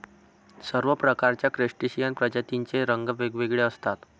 सर्व प्रकारच्या क्रस्टेशियन प्रजातींचे रंग वेगवेगळे असतात